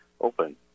Open